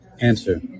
Answer